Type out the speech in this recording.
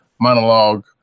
monologue